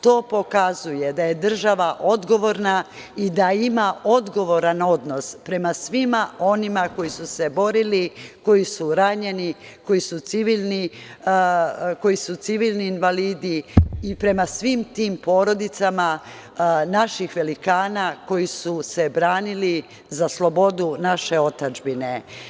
To pokazuje da je država odgovorna i da ima odgovoran odnos prema svima onima koji su se borili, koji su ranjeni, koji su civilni invalidi i prema svim tim porodicama naših velikana koji su se borili za slobodu naše otadžbine.